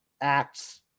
acts